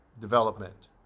development